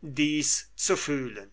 dies zu fühlen